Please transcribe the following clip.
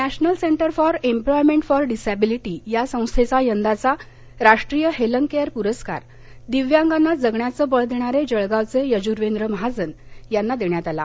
national centre for employment for disability या संस्थेचा यंदाचा राष्ट्रीय हेलन केअर पुरस्कार दिव्यांगांना जगण्याचं बळ देणारे जळगावचे यजूर्वेन्द्र महाजन यांना देण्यात आला